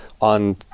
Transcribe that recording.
on